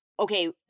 Okay